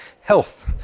health